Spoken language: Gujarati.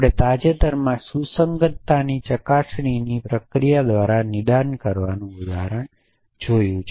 આપણે તાજેતરમાં સુસંગતતાની ચકાસણીની પ્રક્રિયા દ્વારા નિદાન કરવાનું ઉદાહરણ જોયું